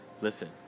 Listen